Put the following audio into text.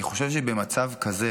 אני חושב שבמצב כזה